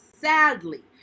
sadly